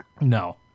No